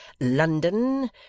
London